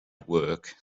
work